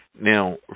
Now